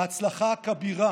ההצלחה הכבירה